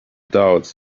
doubts